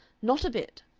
not a bit.